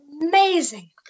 Amazing